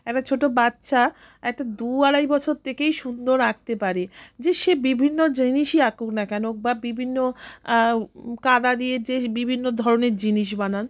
একটা ছোটো বাচ্চা একটা দু আড়াই বছর থেকেই সুন্দর আঁকতে পারে যে সে বিভিন্ন জিনিসই আঁকুক না কেন বা বিভিন্ন কাদা দিয়ে যে বিভিন্ন ধরনের জিনিস বানান